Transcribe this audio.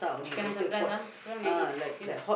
chicken assam pedas ah very long never eat